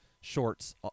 shorts